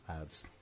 ads